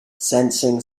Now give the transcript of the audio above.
sensing